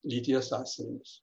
lyties asmenis